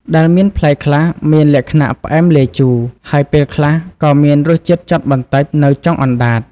ដែលមានផ្លែខ្លះ មានលក្ខណៈផ្អែមលាយជូរ ហើយពេលខ្លះក៏មានរសជាតិចត់បន្តិចនៅចុងអណ្តាត ។